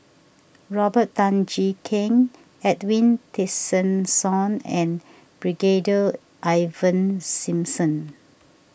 Robert Tan Jee Keng Edwin Tessensohn and Brigadier Ivan Simson